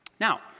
Now